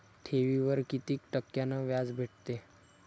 ठेवीवर कितीक टक्क्यान व्याज भेटते?